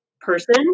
person